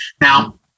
Now